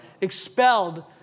expelled